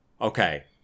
Okay